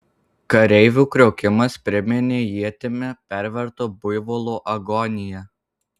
kareivių kriokimas priminė ietimi perverto buivolo agoniją